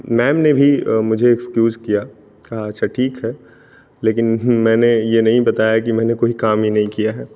ma'am ने भी मुझे एक्सक्यूज़ किया कहा अच्छा ठीक है लेकिन मैंने ये नहीं बताया कि मैंने कोई काम ही नहीं किया है